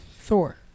Thor